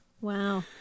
Wow